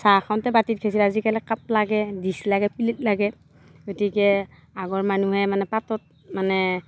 চাহ খাওঁতে বাতিত খাইছিল আজিকালি কাপ লাগে ডিচ্ লাগে প্লেট লাগে গতিকে আগৰ মানুহে মানে পাতত মানে